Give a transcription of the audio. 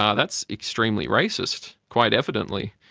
ah that's extremely racist quite evidently,